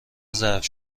ظرف